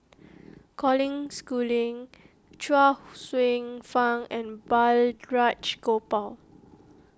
Colin Schooling Chuang Hsueh Fang and Balraj Gopal